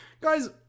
Guys